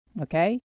Okay